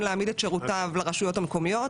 להעמיד את שירותיו לרשויות המקומיות.